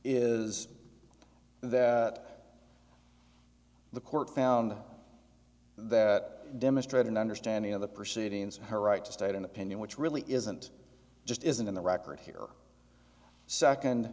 is that the court found that demonstrate an understanding of the proceedings and her right to state an opinion which really isn't just isn't in the record here second